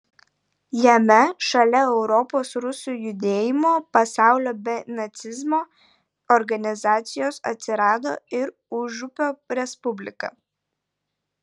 jame šalia europos rusų judėjimo pasaulio be nacizmo organizacijos atsirado ir užupio respublika